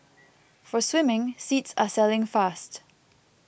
for swimming seats are selling fast